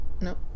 no